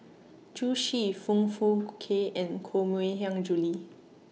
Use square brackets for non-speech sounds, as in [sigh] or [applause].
Zhu Xu Foong Fook Kay and Koh [unintelligible] Hiang Julie